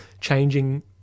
changing